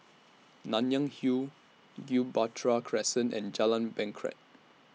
Nanyang Hill Gibraltar Crescent and Jalan Bangket